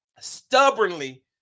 stubbornly